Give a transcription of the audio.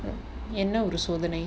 என்ன ஒரு சோதனை:enna oru sothanai